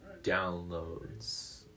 downloads